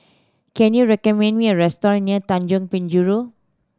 can you recommend me a restaurant near Tanjong Penjuru